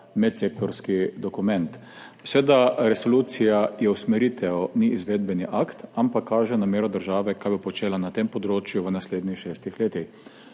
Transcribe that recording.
medsektorski dokument. Seveda, resolucija je usmeritev, ni izvedbeni akt, ampak kaže namero države, kaj bo počela na tem področju v naslednjih šestih letih.